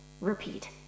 Repeat